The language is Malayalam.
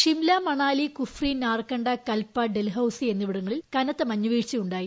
ഷിംല മണാലി കുഫ്രി നാർക്കണ്ഡ കൽപ്പ ഡൽഹൌസി എന്നിവിടങ്ങളിൽ കനത്ത മഞ്ഞുവീഴ്ച ഉണ്ടായി